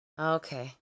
Okay